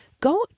Go